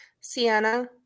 Sienna